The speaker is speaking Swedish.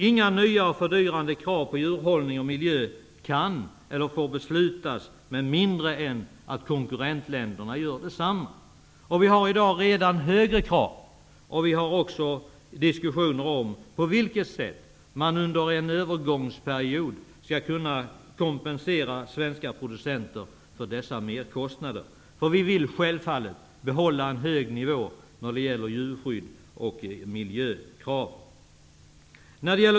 Inga nya och fördyrande krav på djurhållning och miljö skall beslutas med mindre än att konkurrentländerna gör detsamma. Vi har i dag redan högre krav. Vi för också diskussioner om på vilket sätt man under en övergångsperiod skall kunna kompensera svenska producenter för dessa merkostnader. Vi vill självfallet behålla en hög nivå när det gäller djurskydd och miljökrav.